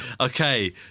Okay